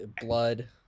blood